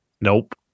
nope